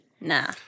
Nah